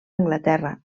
anglaterra